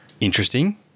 Interesting